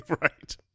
Right